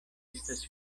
estas